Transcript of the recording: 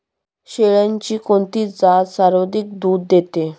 शेळ्यांची कोणती जात सर्वाधिक दूध देते?